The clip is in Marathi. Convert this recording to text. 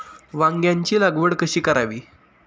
वांग्यांची लागवड कशी करावी?